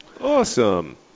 Awesome